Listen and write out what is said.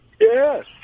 Yes